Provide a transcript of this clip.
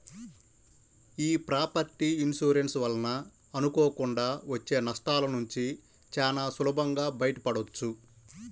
యీ property insurance వలన అనుకోకుండా వచ్చే నష్టాలనుంచి చానా సులభంగా బయటపడొచ్చు